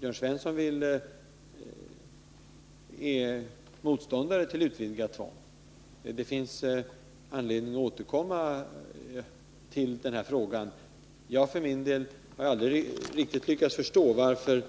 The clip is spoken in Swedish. Jörn Svensson är motståndare till utvidgat tvång. För min del har jag aldrig lyckats förstå varför